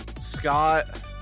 Scott